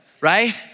right